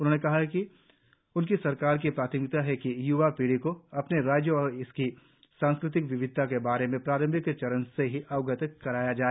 उन्होंने कहा कि उनकी सरकार की प्राथमिकता है कि य्वा पीढ़ी को अपने राज्य और इसकी सांस्कृतिक विविधता के बारे में प्रारंभिक चरण से ही अवगत कराया जाए